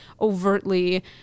overtly